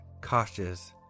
cautious